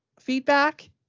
feedback